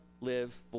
live